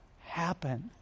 happen